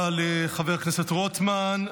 לחבר הכנסת רוטמן.